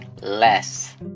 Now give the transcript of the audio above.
less